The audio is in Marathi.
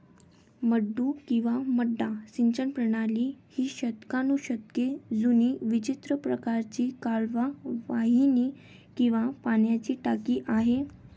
मड्डू किंवा मड्डा सिंचन प्रणाली ही शतकानुशतके जुनी विचित्र प्रकारची कालवा वाहिनी किंवा पाण्याची टाकी आहे